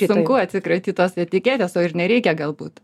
sunku atsikratyt tos etiketės o ir nereikia galbūt